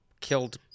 killed